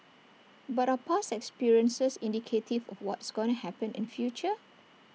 but are past experiences indicative of what's gonna happen in future